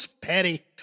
petty